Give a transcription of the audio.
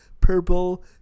purple